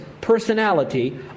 personality